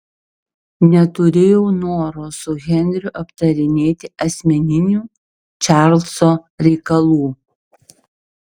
neturėjau noro su henriu aptarinėti asmeninių čarlzo reikalų